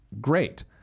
great